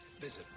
visit